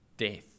death